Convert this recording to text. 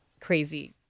crazy